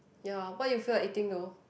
ya what you feel like eating though